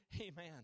Amen